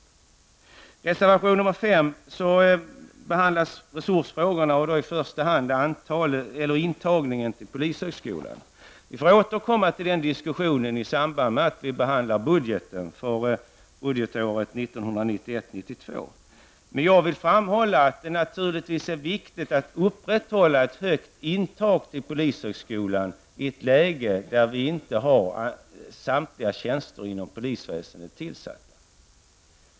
I reservation nr 5 behandlas resursfrågorna, i första hand intagningen till polishögskolan. Vi får återkomma till den diskussionen i samband med att vi behandlar budgeten för budgetåret 1991/92. Jag vill framhålla att det naturligtvis är viktigt att upprätthålla ett stort intag till polishögskolan i ett läge där samtliga tjänster inom polisväsendet inte är tillsatta.